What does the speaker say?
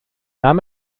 nahm